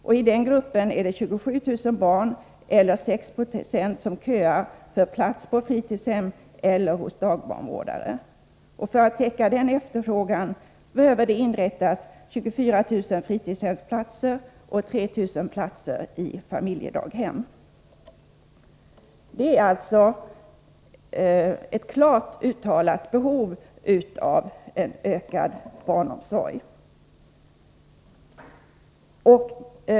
I den gruppen är det 27 000 barn eller 6 20 som köar för plats på fritidshem eller hos dagbarnvårdare. För att täcka den efterfrågan behöver det inrättas 24 000 fritidshemsplatser och 3 000 platser i familjedaghem. Det är alltså ett klart uttalat behov av en ökad barnomsorg.